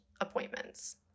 appointments